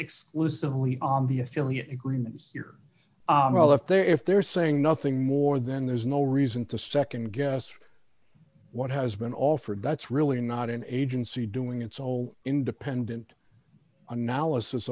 exclusively on the affiliate agreements well if they're if they're saying nothing more then there's no reason to nd guess what has been offered that's really not an agency doing its all independent analysis